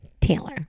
Taylor